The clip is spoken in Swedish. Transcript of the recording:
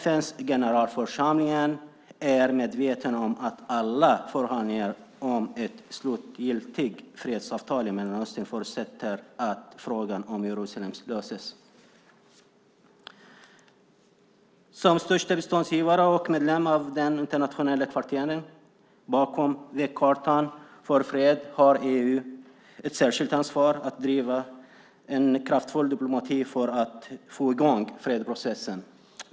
FN:s generalförsamling är medveten om att alla förhandlingar om ett slutgiltigt fredsavtal i Mellanöstern förutsätter att frågan om Jerusalem löses. Som största biståndsgivare och medlem av den internationella kvartetten bakom vägkartan för fred har EU ett särskilt ansvar att driva en kraftfull diplomati för att få i gång fredsprocessen.